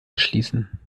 erschließen